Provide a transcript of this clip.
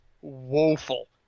woeful